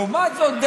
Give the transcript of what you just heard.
לעומת זאת,